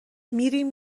میریم